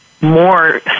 more